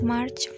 March